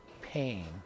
pain